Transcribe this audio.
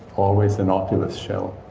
always the nautilus shell.